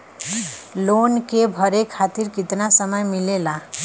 Loan के भरे खातिर कितना समय मिलेला?